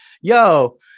Yo